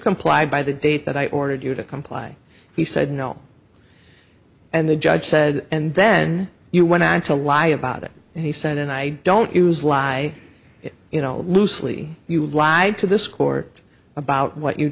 comply by the date that i ordered you to comply he said no and the judge said and then you went on to lie about it and he said and i don't use lie you know loosely you lied to this court about what you